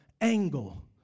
angle